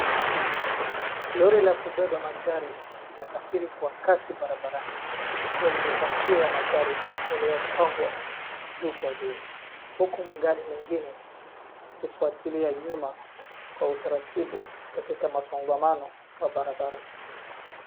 Lori la kubeba magari na safiri kwa kasi barabarani, likiwa limepakiwa magari yaliyopangwa juu kwa juu, huku magari mengine zikifuatilia nyuma kwa utaratibu katika masongamano wa barabara.